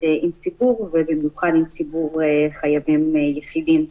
עם ציבור ובמיוחד עם ציבור חייבים יחידים.